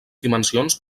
dimensions